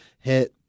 hit